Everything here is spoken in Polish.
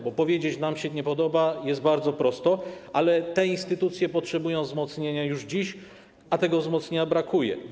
Bo powiedzieć: nam się nie podoba, jest bardzo prosto, ale te instytucje potrzebują wzmocnienia już dziś, a tego brakuje.